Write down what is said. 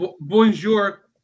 Bonjour